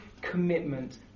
commitment